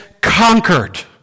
conquered